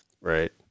right